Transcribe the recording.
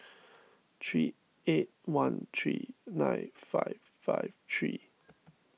three eight one three nine five five three